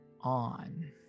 on